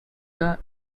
the